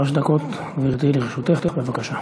שלוש דקות לרשותך, בבקשה.